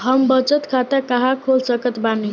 हम बचत खाता कहां खोल सकत बानी?